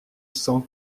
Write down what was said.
cent